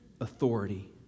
authority